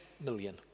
million